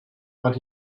but